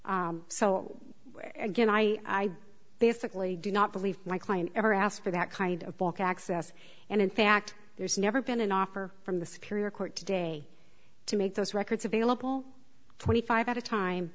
so again i basically do not believe my client ever asked for that kind of bulk access and in fact there's never been an offer from the superior court today to make those records available twenty five at a time